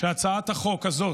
שהצעת החוק הזאת,